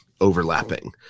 overlapping